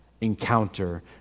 encounter